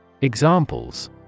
Examples